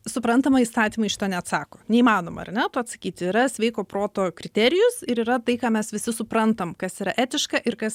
suprantama įstatymai šito neatsako neįmanoma ar ne atsakyti yra sveiko proto kriterijus ir yra tai ką mes visi suprantam kas yra etiška ir kas